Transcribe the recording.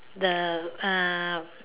the uh